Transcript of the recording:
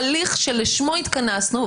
יתחיל פה הליך שלשמו התכנסנו,